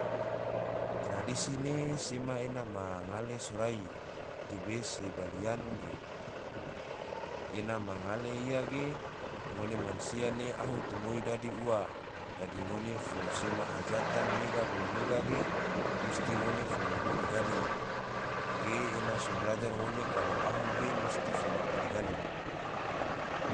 Tradisi ne sema ena ma ngale sorai, tebe se baliyan ge, ena ma ngale ia ge ngone mansia ne ahu tomoi dadi ua, dadi ngone fo sema hajatan mega bolo mega ge, musti ngone fo maku digali. ge ena so blajar ngone kalo ahu ge musti fo maku digali.